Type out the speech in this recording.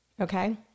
okay